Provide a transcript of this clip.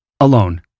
alone